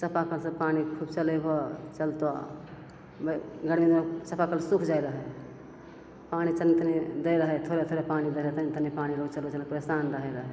सभ चापाकलसे पानी खूब चलेबहो चलतऽ गरमीमे चापाकल सुखि जाइ रहै पानी चलते नहि दै रहै थोड़ा थोड़ा पानी दै रहै तनि तनि पानी रोजके रोज लोक परेशान रहै रहै